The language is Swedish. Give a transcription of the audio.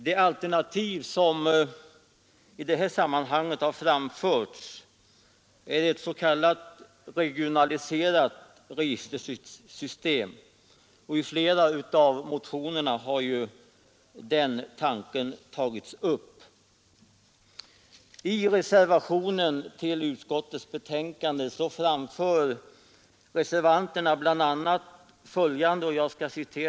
Det alternativ som i detta sammanhang har framförts är ett s.k. regionaliserat registersystem, och i flera av motionerna har ju den tanken tagits upp. I reservation till utskottets betänkande anför reservanterna bl.